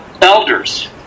elders